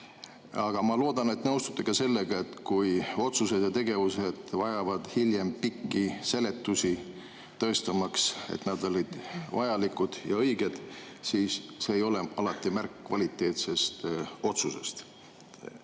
Aga ma loodan, et te nõustute sellega, et kui otsused ja tegevused vajavad hiljem pikki seletusi, tõestamaks, et need olid vajalikud ja õiged, siis see ei ole alati märk kvaliteetsest otsusest.